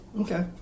Okay